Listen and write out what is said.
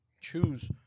choose